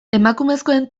emakumezkoen